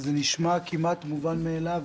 זה נשמע כמעט מובן מאליו,